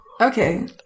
Okay